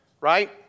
Right